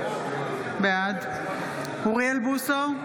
בעד אוריאל בוסו,